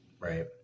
Right